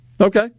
Okay